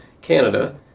Canada